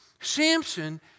Samson